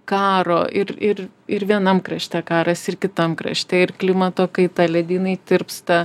karo ir ir ir vienam krašte karas ir kitam krašte ir klimato kaita ledynai tirpsta